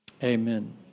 Amen